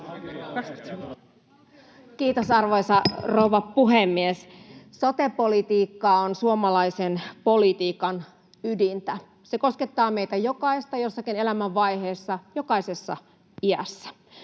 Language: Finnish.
Kiitos, arvoisa rouva puhemies! Sote-politiikka on suomalaisen politiikan ydintä. Se koskettaa meitä jokaista jossakin elämänvaiheessa jokaisessa iässä.